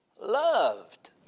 loved